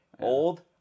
Old